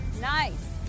Nice